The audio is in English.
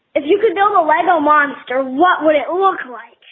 if you know the lego monster, what would it look like?